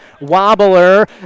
Wobbler